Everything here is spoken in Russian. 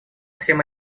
всем